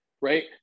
right